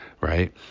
Right